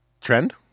trend